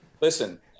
listen